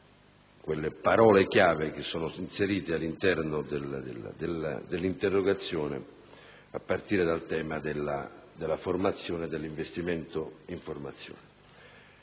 quelle parole chiave che sono inserite all'interno dell'interrogazione, a partire dal tema della formazione e dell'investimento in formazione.